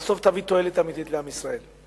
תביא בסוף תועלת אמיתית לעם ישראל.